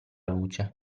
luce